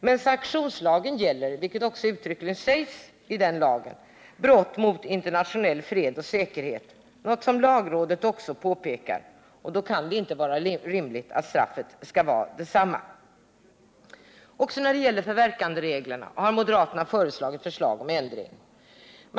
Men sanktionslagen gäller, vilket också uttryckligen sägs i den lagen, brott mot internationell fred och säkerhet, något som lagrådet också påpekar. Då kan det inte vara rimligt att straffet skall vara detsamma. Också när det gäller förverkandereglerna har moderaterna framfört förslag om ändring.